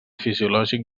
fisiològic